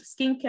skincare